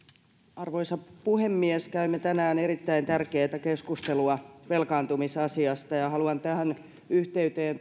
arvoisa puhemies käymme tänään erittäin tärkeätä keskustelua velkaantumisasiasta ja haluan tähän yhteyteen